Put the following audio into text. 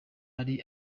ari